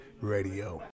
Radio